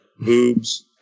boobs